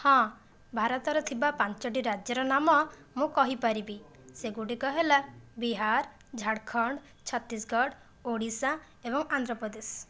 ହଁ ଭାରତରେ ଥିବା ପାଞ୍ଚଟି ରାଜ୍ୟର ନାମ ମୁଁ କହିପାରିବି ସେଗୁଡ଼ିକ ହେଲା ବିହାର ଝାଡ଼ଖଣ୍ଡ ଛତିଶଗଡ଼ ଓଡ଼ିଶା ଏବଂ ଆନ୍ଧ୍ରପ୍ରଦେଶ